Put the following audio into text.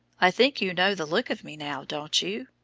i think you know the look of me now, don't you?